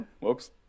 whoops